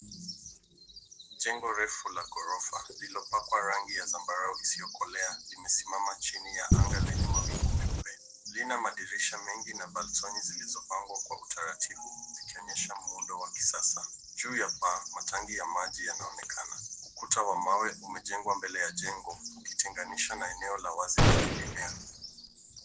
Jengo refu la ghorofa lililopakwa rangi ya zambarau isiyokolea limesimama chini ya anga lenye mawingu meupe. Lina madirisha mengi na balkoni zilizopangwa kwa utaratibu zikionyesha muundo wa kisasa. Juu ya paa, matanki ya maji yanaonekana. Ukuta wa mawe umejengwa mbele ya jengo, ukitenganishwa na eneo la wazi lenye mimea.